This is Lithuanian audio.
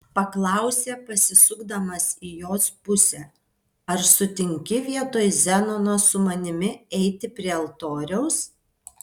paklausė pasisukdamas į jos pusę ar sutinki vietoj zenono su manimi eiti prie altoriaus